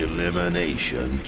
Elimination